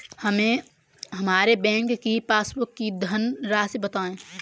हमें हमारे बैंक की पासबुक की धन राशि बताइए